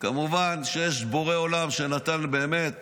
כמובן שיש בורא עולם שנתן בעצם